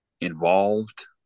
involved